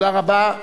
תודה רבה.